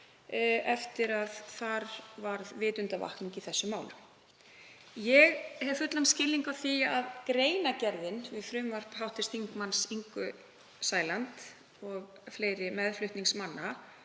eftir að þar varð vitundarvakning í þessum málum. Ég hef fullan skilning á því að greinargerðin við frumvarp hv. þm. Ingu Sæland og meðflutningsmanna